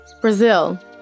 Brazil